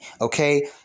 okay